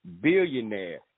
billionaire